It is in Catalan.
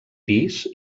pis